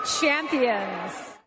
champions